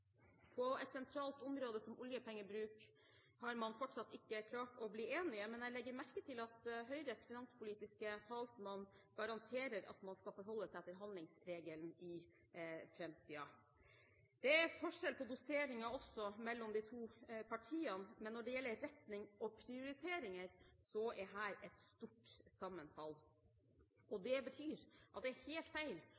På et sentralt område som oljepengebruk har man fortsatt ikke klart å bli enige, men jeg legger merke til at Høyres finanspolitiske talsmann garanterer at man skal forholde seg til handlingsregelen i framtiden. Det er også forskjell på doseringen mellom de to partiene. Men når det gjelder retning og prioritering, er det et stort sammenfall.